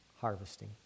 Harvesting